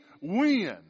win